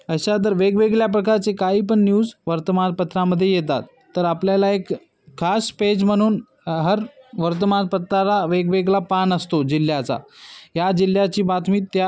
अशा दर वेगवेगळ्या प्रकारचे काहीपण न्यूज वर्तमानपत्रामध्ये येतात तर आपल्याला एक खास पेज म्हणून हर वर्तमानपत्र वेगवेगळा पान असतो जिल्ह्याचा या जिल्ह्याची बातमीत त्या